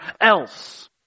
else